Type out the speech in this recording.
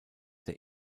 der